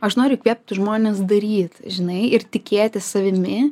aš noriu įkvėpti žmones daryt žinai ir tikėti savimi